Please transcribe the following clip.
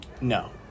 No